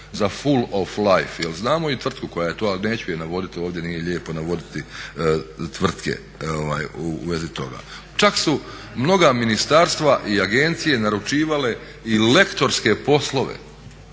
za full of life. Jer znamo i tvrtku koja je to, ali neću je navoditi ovdje, nije lijepo navoditi tvrtke u vezi toga. Čak su mnoga ministarstva i agencije naručivale i lektorske poslove